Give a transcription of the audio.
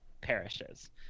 perishes